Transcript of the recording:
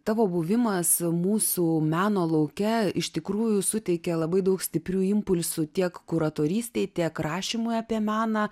tavo buvimas mūsų meno lauke iš tikrųjų suteikia labai daug stiprių impulsų tiek kuratorystei tiek rašymui apie meną